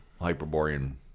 Hyperborean